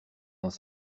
dans